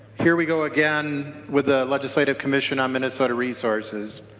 here we go again with legislative commission on minnesota resources.